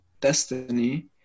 destiny